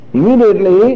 Immediately